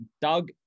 Doug